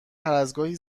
هرازگاهی